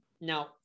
Now